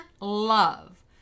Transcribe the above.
love